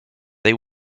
they